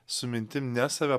su mintim ne save